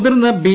മുതിർന്ന ബി